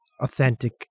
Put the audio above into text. authentic